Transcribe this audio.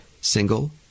single